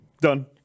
done